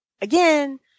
again